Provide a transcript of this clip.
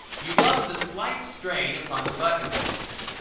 you love the slight strain upon the buttonholes.